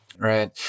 right